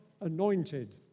anointed